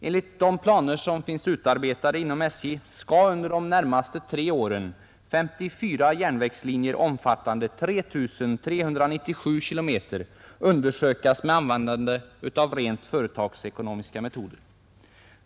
Enligt de planer som finns utarbetade inom SJ skall under de närmaste tre åren 54 järnvägslinjer omfattande 3397 km undersökas med användande av rent företagsekonomiska metoder.